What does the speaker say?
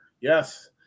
Yes